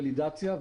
ולידציה,